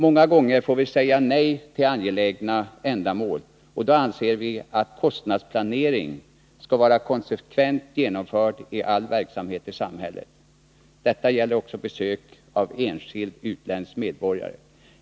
Många gånger får vi säga nej till angelägna ändamål, då vi anser att kostnadsplaneringen skall vara konsekvent genomförd i all verksamhet i samhället. Detta gäller också besök av enskilda utländska medborgare.